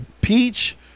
peach